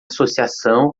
associação